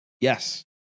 Yes